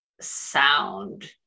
sound